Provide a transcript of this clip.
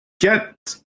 get